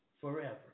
forever